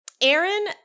Aaron